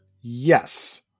Yes